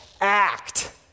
act